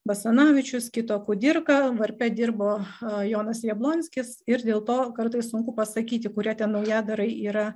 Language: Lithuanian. basanavičius kito kudirka varpe dirbo jonas jablonskis ir dėl to kartais sunku pasakyti kurie tie naujadarai yra